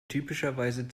typischerweise